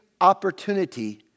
opportunity